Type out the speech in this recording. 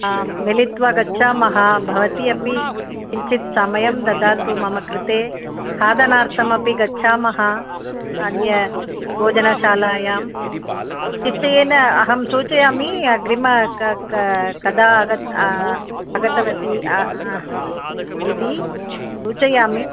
आं मिलित्वा गच्छामः भवती अपि किञ्चित् समयं ददातु मम कृते खादनार्थमपि गच्छामः अन्यभोजनशालायां निश्चयेन अहं सूचयामि अग्रिम क क कदा आगतवती इति सूचयामि